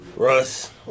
Russ